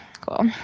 cool